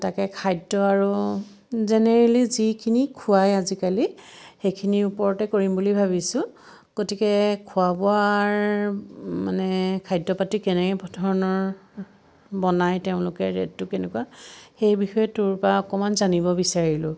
তাকে খাদ্য আৰু জেনেৰেলি যিখিনি খুৱাই আজিকালি সেইখিনি ওপৰতে কৰিম বুলি ভাবিছোঁ গতিকে খোৱা বোৱাৰ মানে খাদ্যপাতি কেনে ধৰণৰ বনায় তেওঁলোকে ৰেতটো কেনেকুৱা সেইবিষয়ে তোৰপৰা অকণমান জানিব বিছাৰিলোঁ